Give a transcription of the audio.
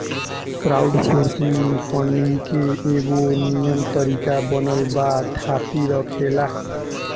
crowdsourcing funding के एगो निमन तरीका बनल बा थाती रखेला